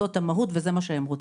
זאת המהות וזה מה שהם רוצים.